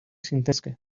zintezke